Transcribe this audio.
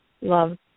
love